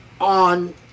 on